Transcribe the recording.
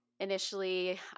Initially